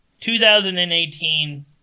2018